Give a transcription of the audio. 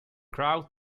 crow